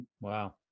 Wow